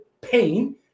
pain